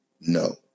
no